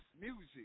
Music